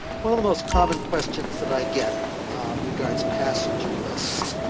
one of the most common questions that i get regards passenger lists,